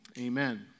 amen